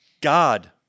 God